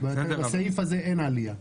בסעיף הזה אין עלייה.